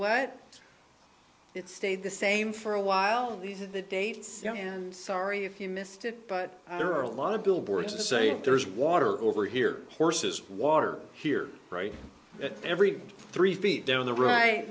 what it stayed the same for a while these are the dates sorry if you missed it but there are a lot of billboards to say there's water over here horses water here right every three feet down the right